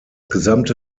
gesamte